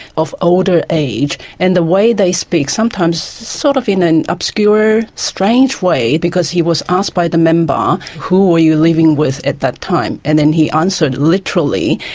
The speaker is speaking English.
of older age. and the way they speak, sometimes sort of in an obscure strange way because he was asked by the member, who were you living with at that time and then he answered literally,